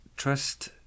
Trust